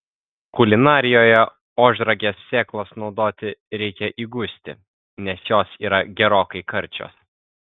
kulinarijoje ožragės sėklas naudoti reikia įgusti nes jos yra gerokai karčios